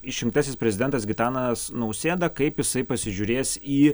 išrinktasis prezidentas gitanas nausėda kaip jisai pasižiūrės į